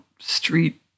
street